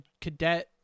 cadet